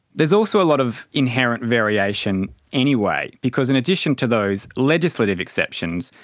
there's also a lot of inherent variation anyway because in addition to those legislative exceptions,